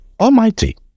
Almighty